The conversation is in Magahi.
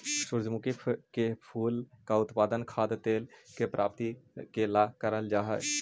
सूर्यमुखी के फूल का उत्पादन खाद्य तेल के प्राप्ति के ला करल जा हई